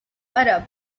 arab